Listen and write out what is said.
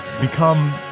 become